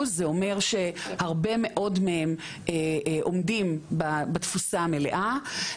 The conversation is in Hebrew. זה אומר שהרבה מאוד מהם עומדים בתפוסה המלאה,